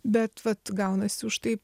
bet vat gaunasi užtai